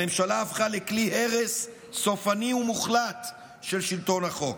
הממשלה הפכה לכלי הרס סופני ומוחלט של שלטון החוק.